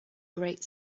great